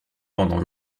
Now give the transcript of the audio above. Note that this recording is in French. pendant